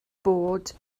bod